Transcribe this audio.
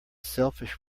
selfish